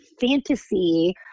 fantasy